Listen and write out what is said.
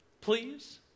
please